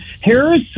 Harris